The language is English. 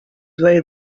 way